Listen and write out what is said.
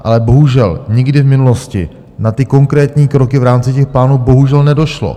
Ale bohužel, nikdy v minulosti na konkrétní kroky v rámci těch plánů bohužel nedošlo.